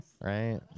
Right